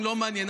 לא מעניין.